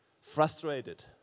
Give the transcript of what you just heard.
frustrated